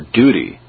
duty